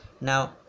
now